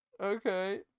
Okay